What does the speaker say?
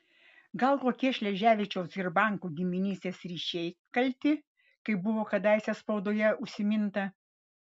gal kokie šleževičiaus ir banko giminystės ryšiai kalti kaip buvo kadaise spaudoje užsiminta